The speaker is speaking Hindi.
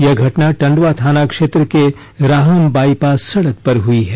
यह घटना टंडवा थाना क्षेत्र के राहम बाईपास सड़क पर हई है